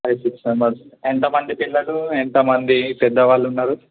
అదే six members ఎంతమంది పిల్లలు ఎంతమంది పెద్దవాళ్ళు ఉన్నారు